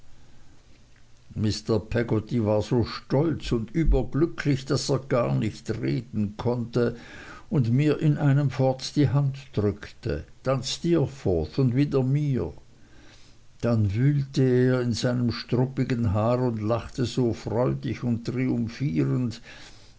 mr peggotty war so stolz und überglücklich daß er gar nicht reden konnte und mir in einem fort die hand drückte dann steerforth und wieder mir dann wühlte er in seinem struppigen haar und lachte so freudig und triumphierend